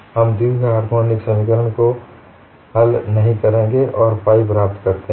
हम द्विहार्मोनिक समीकरण को हल नहीं करेंगे और फाइ प्राप्त करते हैं